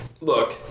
Look